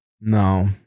No